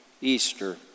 Easter